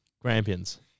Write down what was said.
Grampians